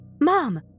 Mom